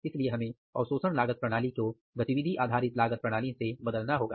इसलिए हमें अवशोषण लागत प्रणाली को गतिविधि आधारित लागत प्रणाली से बदलना होगा